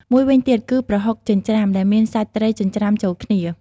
មួយវិញទៀត គឺ ប្រហុកចិញ្ច្រាំ ដែលមានសាច់ត្រីចិញ្ច្រាំចូលគ្នា។